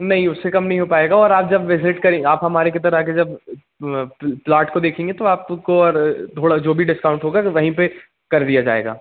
नहीं उससे कम नहीं हो पाएगा और आप जब विज़िट करेंगी आप हमारे के तरफ़ आ कर जब प्लाट को देखेंगी तो आपको और थोड़ा जो भी डिस्काउंट होगा वो वहीं पर कर दिया जाएगा